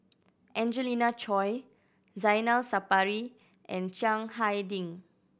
Angelina Choy Zainal Sapari and Chiang Hai Ding